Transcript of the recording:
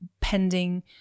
pending